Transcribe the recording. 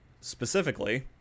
Specifically